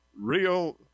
real